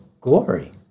glory